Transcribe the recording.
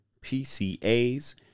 PCAs